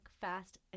fast